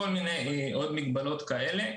עוד מגבלות מעין אלה.